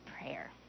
prayer